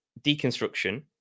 Deconstruction